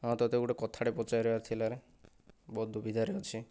ହଁ ତୋତେ ଗୋଟିଏ କଥାଟିଏ ପଚାରିବାର ଥିଲାରେ ବହୁତ ଦୁବିଧାରେ ଅଛି